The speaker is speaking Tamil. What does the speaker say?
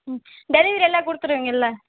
ம் டெலிவரியெல்லாம் கொடுத்துருவீங்கள்ல